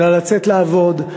אלא לצאת לעבוד,